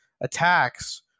attacks